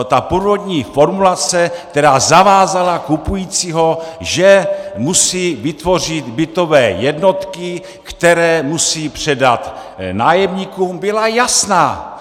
Ta původní formulace, která zavázala kupujícího, že musí vytvořit bytové jednotky, které musí předat nájemníkům, byla jasná.